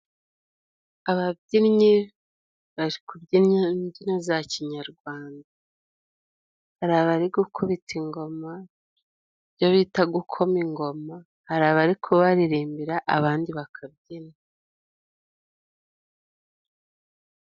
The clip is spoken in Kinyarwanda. Ababyinnyi bari kubyina imbyino za kinyarwanda. Hari abari gukubita ingoma ibyo bita gukoma ingoma. Hari abari kubaririmbira, abandi bakabyina.